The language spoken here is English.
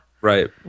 Right